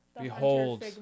Behold